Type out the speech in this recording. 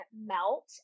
melt